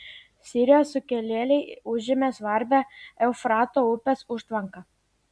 sirijos sukilėliai užėmė svarbią eufrato upės užtvanką